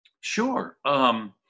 Sure